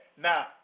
Now